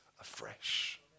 afresh